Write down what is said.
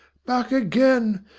back again!